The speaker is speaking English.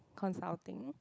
consulting